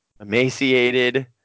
emaciated